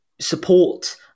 support